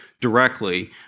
directly